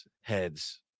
heads